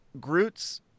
Groot's